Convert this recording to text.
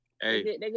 hey